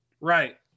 Right